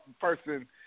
person